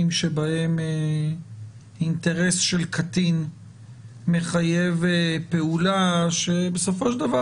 שבהם אינטרס של קטין מחייב פעולה שבסופו של דבר,